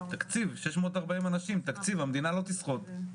640 אנשים תקציב המדינה ישרוד.